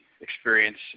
experience